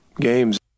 games